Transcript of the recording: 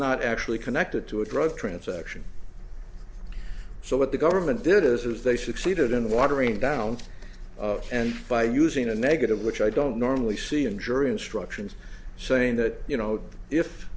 not actually connected to a drug transaction so what the government did is they succeeded in watering down and by using a negative which i don't normally see in jury instructions saying that you no if